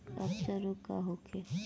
अपच रोग का होखे?